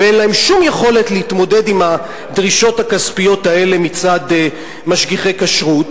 ואין להם שום יכולת להתמודד עם הדרישות הכספיות האלה מצד משגיחי כשרות.